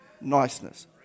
niceness